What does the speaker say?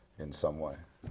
in some way.